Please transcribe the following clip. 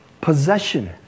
possession